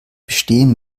bestehen